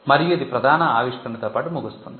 మరియు ఇది ప్రధాన ఆవిష్కరణతో పాటు ముగుస్తుంది